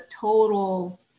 total